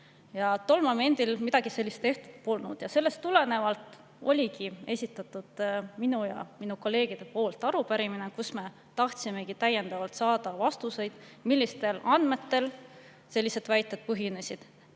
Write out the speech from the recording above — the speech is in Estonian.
Tol momendil midagi sellist tehtud polnud. Sellest tulenevalt oligi esitatud minu ja minu kolleegide arupärimine, kus me tahtsime saada täiendavalt vastuseid, millistel andmetel sellised väited põhinesid.